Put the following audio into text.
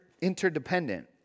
interdependent